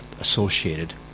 associated